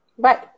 Right